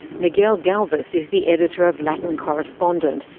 miguel galvis is the editor of latin correspondent,